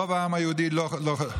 רוב העם היהודי לא,